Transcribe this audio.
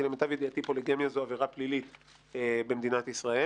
כי למיטב ידיעתי פוליגמיה היא עבירה פלילית במדינת ישראל